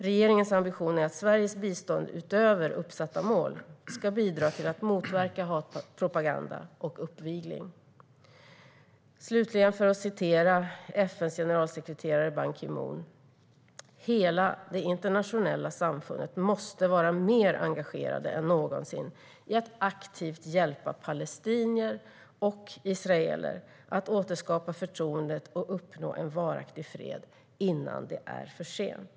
Regeringens ambition är att Sveriges bistånd, utöver uppsatta mål, ska bidra till att motverka hatpropaganda och uppvigling. Jag ska slutligen referera vad FN:s generalsekreterare Ban Ki Moon har sagt: Hela det internationella samfundet måste vara mer engagerat än någonsin i att aktivt hjälpa palestinier och israeler att återskapa förtroendet och uppnå en varaktig fred innan det är för sent.